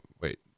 wait